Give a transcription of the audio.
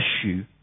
issue